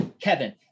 Kevin